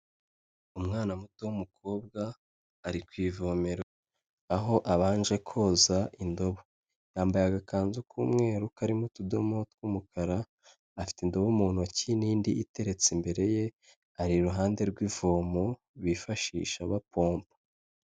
Umwana muto w'umukobwa ari ku ivomero aho abanje koza indobo. Yambaye agakanzu k'umweru karimo utudomo tw'umukara, afite indobo mu ntoki n'indi iteretse imbere ye, ari iruhande rw'ivomo bifashisha bapompa.